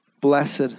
Blessed